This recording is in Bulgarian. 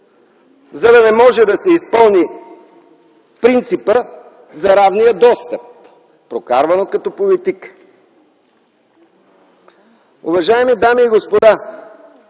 за да не може да се изпълни принципът за равния достъп, прокарвано като политика. Уважаеми дами и господа,